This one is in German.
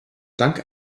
dank